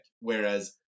whereas